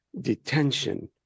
detention